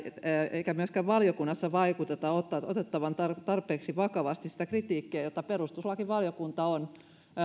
eikä myöskään valiokunnassa vaikuteta otettavan tarpeeksi vakavasti sitä kritiikkiä jota perustuslakivaliokunta on